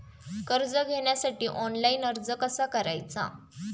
कर्ज घेण्यासाठी ऑनलाइन अर्ज कसा करायचा?